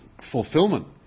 fulfillment